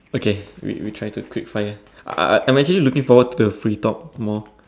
okay we we try to take five I I I'm actually looking forward to the free talk more